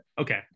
Okay